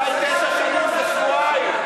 תשע שנים ושבועיים.